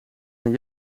geen